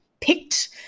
picked